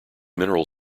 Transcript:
mineral